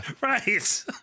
right